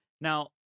Now